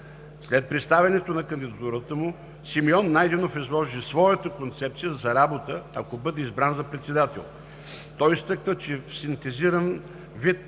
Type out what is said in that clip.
След представянето на кандидатурата му Симеон Найденов изложи своята концепция за работа, ако бъде избран за председател. Той изтъкна, че в синтезиран вид